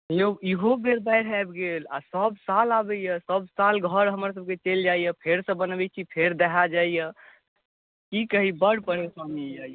यौ इहो बेर बाढ़ि आबि गेल आओर सभसाल आबैए सभ साल घर हमरसभके चलि जाइए फेरसँ बनबैत छी फेर दहा जाइए की कही बड्ड परेशानी यए यौ